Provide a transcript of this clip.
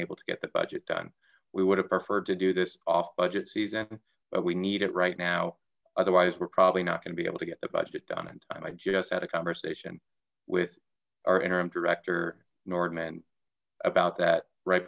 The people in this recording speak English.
able to get the budget done we would have preferred to do this off budget season but we need it right now otherwise we're probably not going to be able to get the budget done in time i just had a conversation with our interim director nordmann about that right